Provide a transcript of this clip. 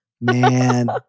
Man